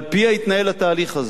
על-פיה התנהל התהליך הזה.